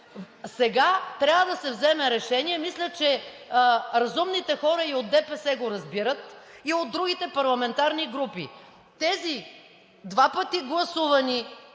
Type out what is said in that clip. Сега трябва да се вземе решение – мисля, че разумните хора и от ДПС го разбират, и от другите парламентарни групи – тези два пъти гласувани